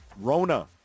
Rona